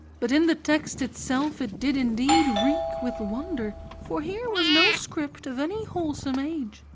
but in the text itself it did indeed reek with wonder for here was no script of any wholesome age,